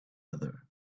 other